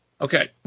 okay